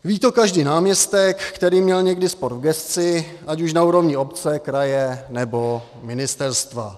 Ví to každý náměstek, který měl někdy sport v gesci ať už na úrovni obce, kraje, nebo ministerstva.